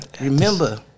remember